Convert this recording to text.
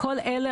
כל אלו,